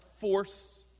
force